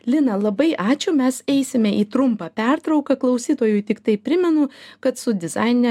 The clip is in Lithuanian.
lina labai ačiū mes eisime į trumpą pertrauką klausytojui tiktai primenu kad su dizaine